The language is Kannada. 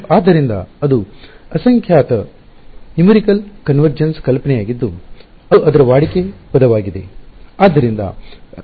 ಆದ್ದರಿಂದ ಅದು ಸಂಖ್ಯಾತ್ಮಕ ಒಮ್ಮುಖದ ನ್ಯುಮಿರಿಕಲ್ ಕನ್ವರ್ಜನ್ಸ ಕಲ್ಪನೆಯಾಗಿದ್ದು ಅದು ಅದರ ವಾಡಿಕೆ ಪದವಾಗಿದೆ ಆದ್ದರಿಂದ ಸಂಖ್ಯಾತ್ಮಕ ಒಮ್ಮುಖ ನ್ಯುಮಿರಿಕಲ್ ಕನ್ವರ್ಜನ್ಸ